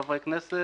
חברי כנסת